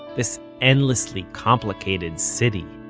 this endlessly complicated city.